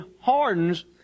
hardens